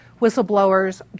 whistleblowers